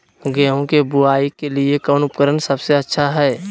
गेहूं के बुआई के लिए कौन उपकरण सबसे अच्छा है?